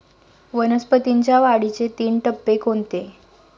वनस्पतींच्या वाढीचे तीन टप्पे कोणते?